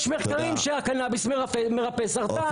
יש מחקרים שהקנביס מרפא סרטן.